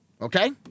Okay